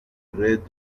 red